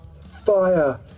Fire